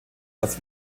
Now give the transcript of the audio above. das